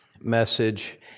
message